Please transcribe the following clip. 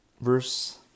Verse